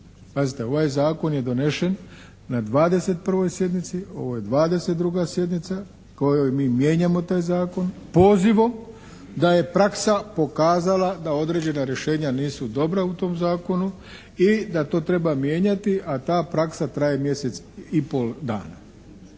Pazite, ovaj zakon je donesen na 21. sjednici, ovo je 22. sjednica kojoj mi mijenjamo taj zakon pozivom da je praksa pokazala da određena rješenja nisu dobra u tom zakonu i da to treba mijenjati a ta praksa traje mjesec i pol dana.